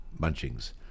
munchings